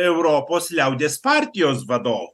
europos liaudies partijos vadovu